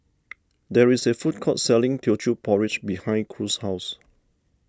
there is a food court selling Teochew Porridge behind Cruz's house